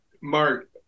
Mark